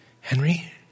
Henry